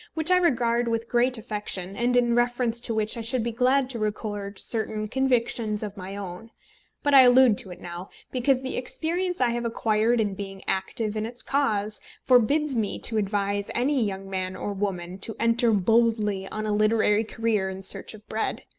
which i regard with great affection, and in reference to which i should be glad to record certain convictions of my own but i allude to it now, because the experience i have acquired in being active in its cause forbids me to advise any young man or woman to enter boldly on a literary career in search of bread.